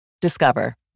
Discover